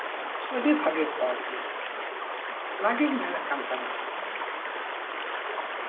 ᱟᱹᱰᱤ ᱵᱷᱟᱹᱜᱮ ᱠᱚᱜᱼᱟ ᱟᱨᱠᱤ ᱚᱱᱟᱜᱤᱧ ᱢᱮᱱᱮᱫ ᱛᱟᱦᱮᱱᱟ